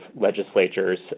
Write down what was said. legislatures